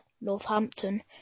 Northampton